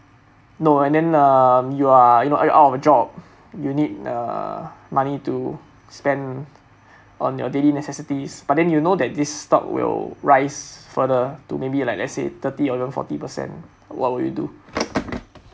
no and then uh you are you are out of your job you need uh money to spend on your daily necessities but then you know that this stock will rise further to maybe like let's say thirty or even forty percent what will you do